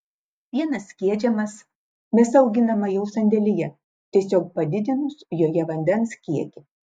pienas skiedžiamas mėsa auginama jau sandėlyje tiesiog padidinus joje vandens kiekį